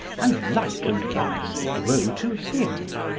and like a vine grow to him